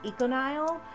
Econile